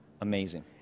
Amazing